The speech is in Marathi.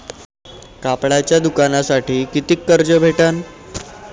कापडाच्या दुकानासाठी कितीक कर्ज भेटन?